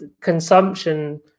consumption